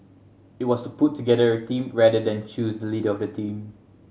it was to put together a team rather than choose the leader of the team